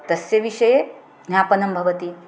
तस्य विषये ज्ञापनं भवति